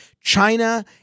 China